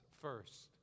first